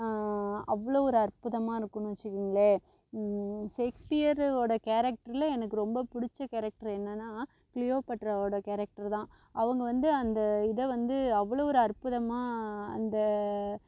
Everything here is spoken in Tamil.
அவ்வளோ ஒரு அற்புதமாக இருக்குனு வெச்சுக்கிங்களேன் ஷேக்ஸ்பியரோட கேரக்ட்ரில் எனக்கு ரொம்ப பிடிச்ச கேரக்ட்ரு என்னெனா கிளியோபாட்ராவோட கேரக்ட்ரு தான் அவங்க வந்து அந்த இதை வந்து அவ்வளோ ஒரு அற்புதமாக அந்த